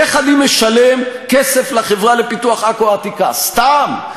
איך אני משלם כסף לחברה לפיתוח עכו העתיקה, סתם?